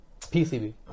PCB